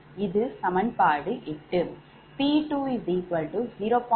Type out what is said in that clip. இது சமன்பாடு 8